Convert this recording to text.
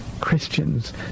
Christians